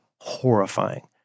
horrifying